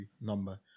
number